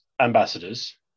ambassadors